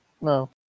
no